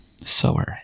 Sower